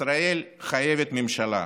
ישראל חייבת ממשלה,